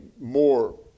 more